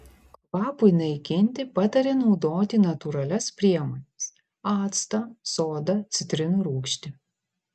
kvapui naikinti patarė naudoti natūralias priemones actą sodą citrinų rūgštį